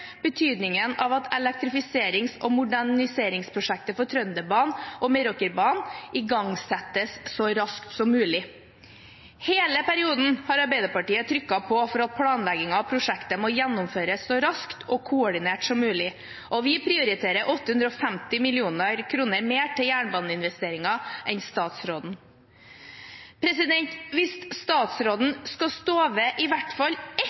betydningen av at elektrifiserings- og moderniseringsprosjektet for Trønderbanen og Meråkerbanen igangsettes så raskt som mulig. Hele perioden har Arbeiderpartiet trykket på for at planleggingen av prosjektet gjennomføres så raskt og koordinert som mulig, og vi prioriterer 850 mill. kr mer til jernbaneinvesteringer enn statsråden. Hvis statsråden skal stå ved i hvert fall